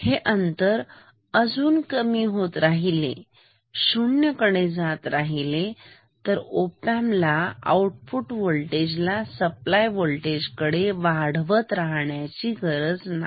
हे अंतर अजुन कमी होत राहिले शून्य कडे जात राहिले तर ऑपम्प ला आऊटपुट वोल्टेज ला सप्लाय वोल्टेज कडे वाढवत राहण्याची गरज नाही